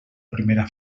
primera